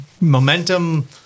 momentum